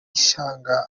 gishanga